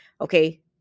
okay